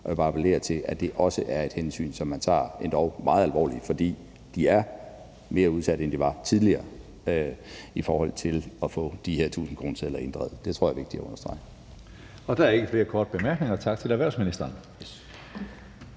og jeg vil bare appellere til, at det også er et hensyn, som man tager endog meget alvorligt, for de er mere udsatte, end de var tidligere, i forhold til at få de her 1.000-kronesedler ændret. Det tror jeg er vigtigt at understrege. Kl. 17:43 Tredje næstformand (Karsten Hønge): Der er ikke flere korte bemærkninger. Tak til erhvervsministeren.